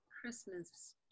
christmas